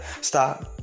stop